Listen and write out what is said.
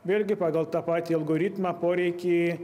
vėlgi pagal tą patį algoritmą poreikį